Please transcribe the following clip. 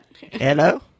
Hello